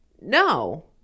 No